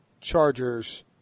Chargers